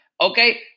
Okay